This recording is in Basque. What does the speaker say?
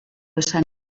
esan